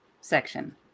section